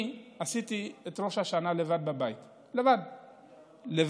אני עשיתי את ראש השנה לבד בבית, לבד, לבדי.